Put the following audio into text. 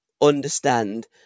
understand